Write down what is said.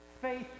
Faith